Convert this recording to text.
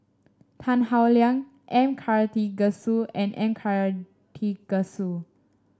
Tan Howe Liang M Karthigesu and Karthigesu